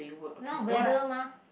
now whether mah